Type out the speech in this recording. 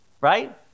right